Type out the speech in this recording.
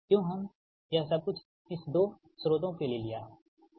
क्यों हम यह सब कुछ इस 2 स्रोतों को लिया हैठीक